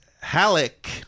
Halleck